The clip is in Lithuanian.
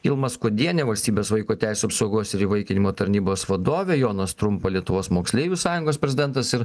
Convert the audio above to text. ilma skuodienė valstybės vaiko teisių apsaugos ir įvaikinimo tarnybos vadovė jonas trumpa lietuvos moksleivių sąjungos prezidentas ir